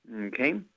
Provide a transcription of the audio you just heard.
Okay